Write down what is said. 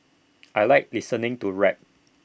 I Like listening to rap